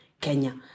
Kenya